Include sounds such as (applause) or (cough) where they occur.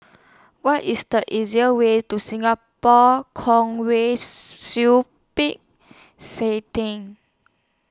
What IS The easier Way to Singapore Kwong Wai (noise) Siew Peck Say Theng